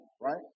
Right